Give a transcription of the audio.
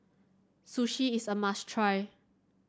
sushi is a must try